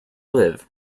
live